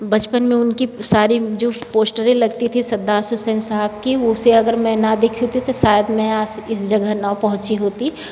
बचपन में मैंने उनकी सारी जो पोश्टरे लगती थी सिद्धार्थ हुसैन साहब की उसे अगर मैं न देखी होती तो शायद मैं आज इस जगह न पहुँची होती